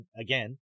again